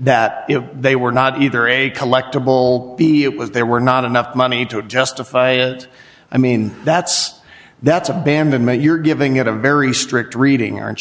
that if they were not either a collectible be a it was there were not enough money to a justify it i mean that's that's abandonment you're giving at a very strict reading aren't